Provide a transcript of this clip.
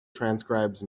transcribes